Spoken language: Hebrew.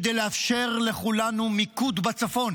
כדי לאפשר לכולנו מיקוד בצפון.